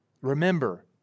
Remember